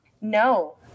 No